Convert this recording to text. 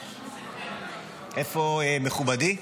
איפה מכובדי?